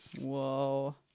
Whoa